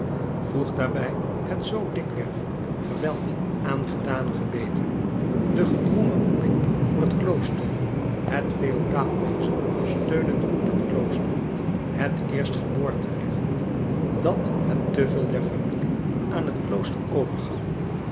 voeg daarbij het zoo dikwerf geweld aangedane geweten de gedwongen roeping voor het klooster het feodaalwezen steunende op het klooster het eerstgeboorterecht dat het te veel der familie aan het klooster overgaf